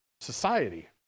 society